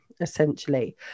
essentially